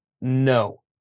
No